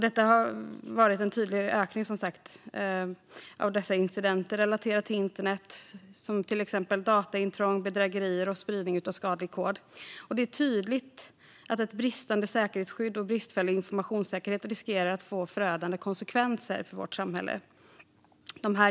Det har varit en tydlig ökning av incidenter relaterade till internet, exempelvis dataintrång, bedrägerier och spridning av skadlig kod. Det är tydligt att ett bristande säkerhetsskydd och bristfällig informationssäkerhet riskerar att få förödande konsekvenser för vårt samhälle.